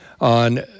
on